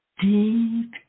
deep